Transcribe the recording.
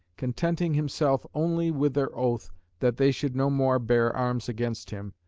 contenting himself only with their oath that they should no more bear arms against him,